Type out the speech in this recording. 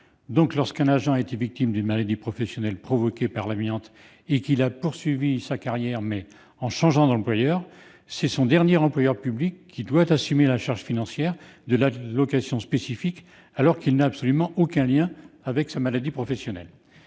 Ainsi, lorsqu'un agent a été victime d'une maladie professionnelle provoquée par l'amiante et qu'il a poursuivi sa carrière en changeant d'employeurs, c'est son dernier employeur public qui doit assumer la charge financière de l'allocation spécifique, alors qu'il n'a aucun lien avec cette maladie professionnelle.